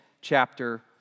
chapter